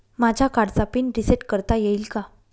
माझ्या कार्डचा pin reset करता येईल का?